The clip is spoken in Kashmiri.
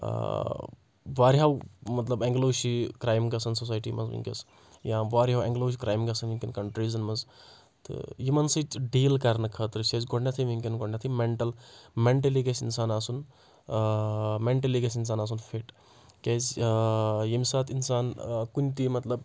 وارِہَو مطلب اؠنٛگلو چھِ کرایِم گژھَن سوسَایِٚٹِی منٛز وٕنٛکؠس یا واریَہو ایٚنٛگلو چھِ کرٛایم گژھان وٕنٛکؠن کَنٹریٖزَن منٛز تہٕ یِمَن سۭتۍ ڈیٖل کَرنہٕ خٲطرٕ چھِ اَسہِ گۄڈنؠتھٕے وٕنکؠن گۄڈنؠتھٕے مؠنٹَل مؠنٛٹلی گژھِ اِنسان آسُن مؠنٛٹلی گژھِ اِنسان آسُن فِٹ کیٛازِ ییٚمہِ ساتہٕ اِنسان کُنہِ تہِ مطلب